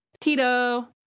Tito